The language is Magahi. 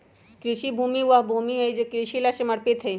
कृषि भूमि वह भूमि हई जो कृषि ला समर्पित हई